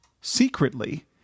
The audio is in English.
Secretly